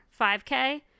5K